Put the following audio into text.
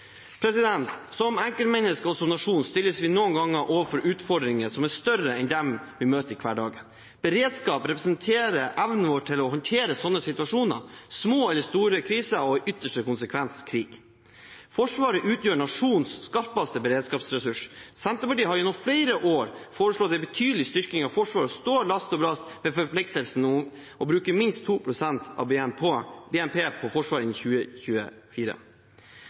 Som enkeltmennesker og som nasjon stilles vi noen ganger overfor utfordringer som er større enn dem vi møter i hverdagen. Beredskap representerer evnen vår til å håndtere slike situasjoner – små eller store kriser og i ytterste konsekvens krig. Forsvaret utgjør nasjonens skarpeste beredskapsressurs. Senterpartiet har gjennom flere år foreslått en betydelig styrking av Forsvaret, og vi står last og brast med forpliktelsen om å bruke minst 2 pst. av BNP på Forsvaret innen 2024.